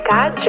God